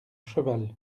cheval